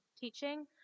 teaching